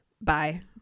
bye